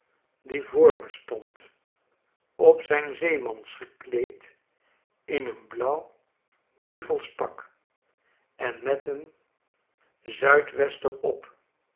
die voor me stond op zijn zeemans gekleed in een blauw duffels pak en met een zuidwester op